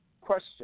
question